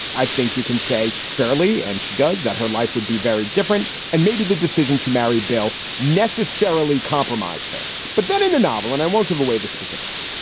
i think you can say fairly and she does, that her life would be very different. and maybe the decision to marry bill necessarily compromised her. but then in the novel, and i won't give away the specifics,